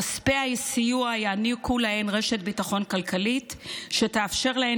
כספי הסיוע יעניקו להן רשת ביטחון כלכלית שתאפשר להם